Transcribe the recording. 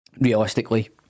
Realistically